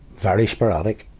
very sporadic